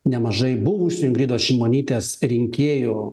nemažai buvusių ingridos šimonytės rinkėjų